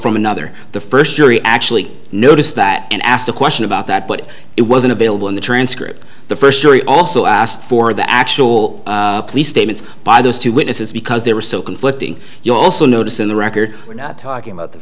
from another the first jury actually noticed that and asked a question about that but it wasn't available in the transcript the first jury also asked for the actual police statements by those two witnesses because there were so conflicting you also notice in the record we're not talking about the